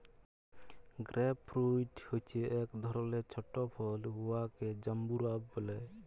grape fruit হছে ইক ধরলের ছট ফল উয়াকে জাম্বুরা ব্যলে